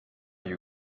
you